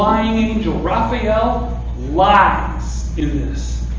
i mean angel. rafael lies in this.